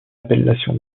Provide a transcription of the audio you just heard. appellation